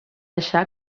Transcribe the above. deixar